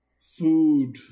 food